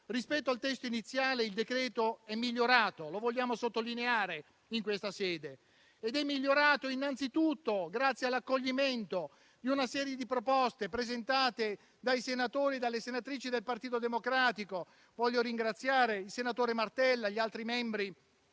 rispetto al testo iniziale il decreto-legge è migliorato, lo vogliamo sottolineare in questa sede. È migliorato innanzitutto grazie all'accoglimento di una serie di proposte presentate dai senatori e dalle senatrici del Partito Democratico. Voglio ringraziare il senatore Martella e gli altri membri